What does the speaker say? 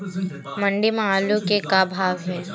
मंडी म आलू के का भाव हे?